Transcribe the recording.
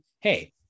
hey